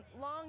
Long